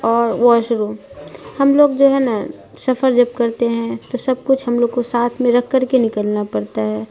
اور washroom ہم لوگ جو ہے نا سفر جب کرتے ہیں تو سب کچھ ہم لوگ کو ساتھ میں رکھ کر کے نکلنا پڑتا ہے